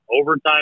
overtime